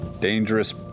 dangerous